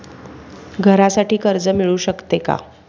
घरासाठी कर्ज मिळू शकते का?